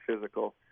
physical